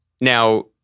Now